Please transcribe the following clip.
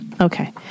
Okay